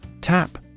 Tap